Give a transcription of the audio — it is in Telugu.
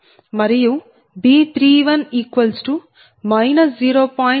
0004 మరియు B31 0